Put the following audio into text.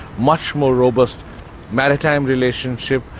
much more robust maritime relationship,